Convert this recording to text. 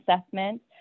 assessment